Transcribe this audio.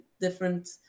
different